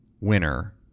winner